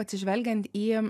atsižvelgiant į